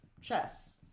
chess